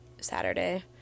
Saturday